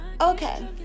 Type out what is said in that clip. okay